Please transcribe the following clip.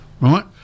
right